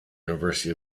university